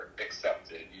accepted